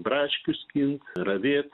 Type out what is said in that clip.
braškių skint ravėt